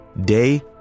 day